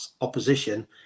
opposition